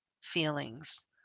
feelings